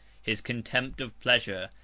his contempt of pleasure,